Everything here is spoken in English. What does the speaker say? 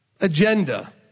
Agenda